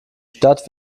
stadt